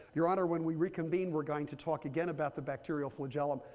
your honor, when we reconvene, we're going to talk again about the bacterial flagellum.